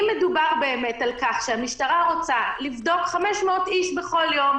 אם מדובר באמת על כך שהמשטרה רוצה לבדוק 500 איש כל יום,